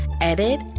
edit